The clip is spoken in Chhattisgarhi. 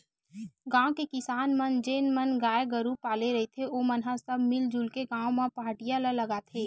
गाँव के किसान मन जेन मन गाय गरु पाले रहिथे ओमन ह सब मिलजुल के गाँव म पहाटिया ल लगाथे